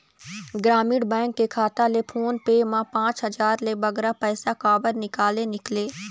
ग्रामीण बैंक के खाता ले फोन पे मा पांच हजार ले बगरा पैसा काबर निकाले निकले?